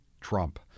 Trump